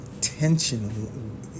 tension